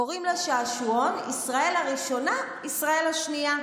קוראים לשעשועון "ישראל הראשונה, ישראל השנייה".